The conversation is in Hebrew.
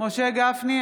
משה גפני,